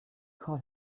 call